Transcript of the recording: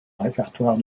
répertoire